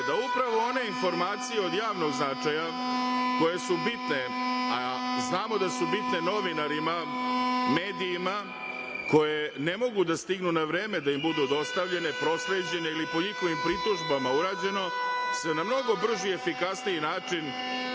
da upravo one informacije od javnog značaja koje su bitne, znamo da su bitne novinarima, medijima, koje ne mogu da stignu na vreme da im budu dostavljene, prosleđene ili po njihovim pritužbama urađeno, se na mnogo brži i efikasniji način